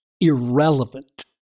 irrelevant